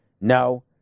No